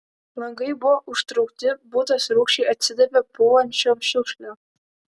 langai buvo užtraukti butas rūgščiai atsidavė pūvančiom šiukšlėm